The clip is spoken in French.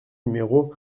numéro